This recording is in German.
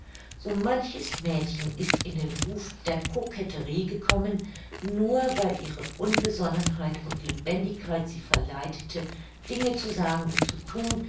so manches mädchen ist in den ruf der koketterie gekommen nur weil ihre unbesonnenheit und lebendigkeit sie verleitete dinge zu sagen und zu thun